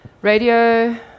radio